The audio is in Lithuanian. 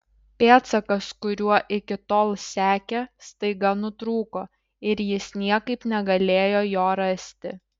pėdsakas kuriuo iki tol sekė staiga nutrūko ir jis niekaip negalėjo jo rasti